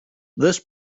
this